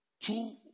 Two